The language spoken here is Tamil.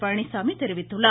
பழனிச்சாமி தெரிவித்துள்ளார்